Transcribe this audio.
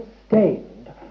sustained